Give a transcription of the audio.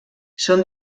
són